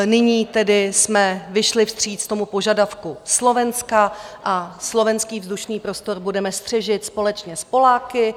Nyní tedy jsme vyšli vstříc tomu požadavku Slovenska a slovenský vzdušný prostor budeme střežit společně s Poláky.